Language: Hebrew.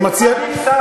אני מציע לך שתסתובב,